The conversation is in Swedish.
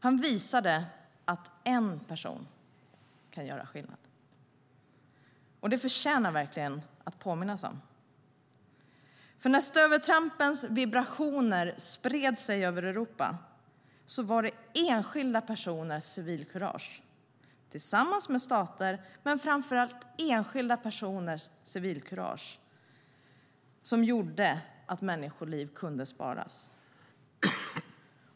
Han visade att en person kan göra skillnad. Det förtjänar verkligen att påminnas om. När stöveltrampens vibrationer spred sig över Europa var det framför allt enskilda personers civilkurage, tillsammans med stater, som gjorde att människoliv kunde sparas.